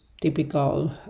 typical